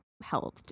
health